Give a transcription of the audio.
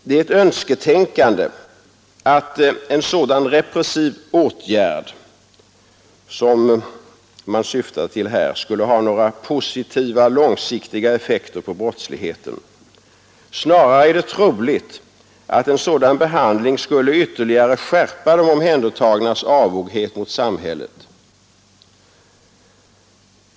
Det är ett önsketänkande att en sådan repressiv åtgärd som åsyftas här skulle ha några positiva långsiktiga effekter på brottsligheten. Snarare är det troligt att en sådan behandling skulle ytterligare skärpa de omhändertagnas avoghet mot samhället.